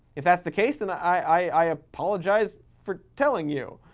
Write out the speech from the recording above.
if that's the case then i apologize for telling you.